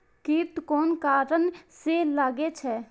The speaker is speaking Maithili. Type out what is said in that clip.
कीट कोन कारण से लागे छै?